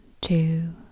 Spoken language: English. two